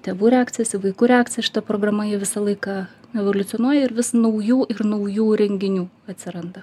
tėvų reakcijas į vaikų reakciją šita programa ji visą laiką evoliucionuoja ir vis naujų ir naujų renginių atsiranda